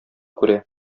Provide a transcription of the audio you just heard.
күрә